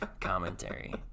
commentary